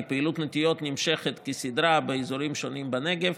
כי פעילות נטיעות נמשכת כסדרה באזורים שונים בנגב,